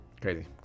Crazy